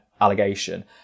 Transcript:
allegation